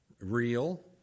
real